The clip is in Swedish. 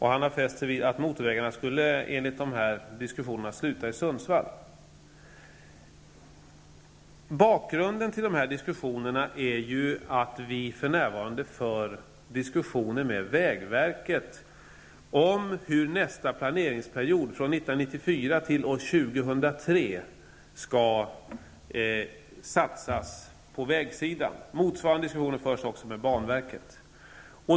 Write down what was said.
Han har fäst sig vid att motorvägarna enligt diskussionen skulle sluta i Bakgrunden till diskussionen är att vi för närvarande har överläggningar med vägverket om hur man under nästa planeringsperiod -- från 1994 till år 2003 -- skall satsa på vägsidan. Motsvarande diskussioner förs också med banverket.